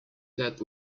that